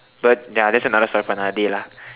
but ya that's another story for another day lah